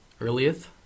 earliest